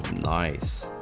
nice